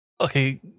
okay